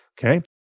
okay